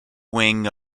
wing